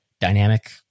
dynamic